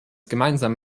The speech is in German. gemeinsam